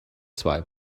zwei